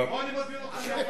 אני מזמין אותך לאופקים.